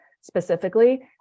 specifically